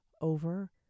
over